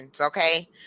okay